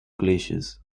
glaciers